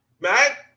Matt